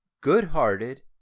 good-hearted